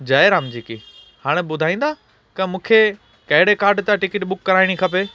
जय राम जी की हाणे ॿुधाईंदा क मूंखे कहिड़े कार्ड तां टिकिट बुक कराइणी खपे